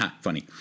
Funny